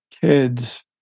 kids